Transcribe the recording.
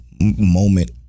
moment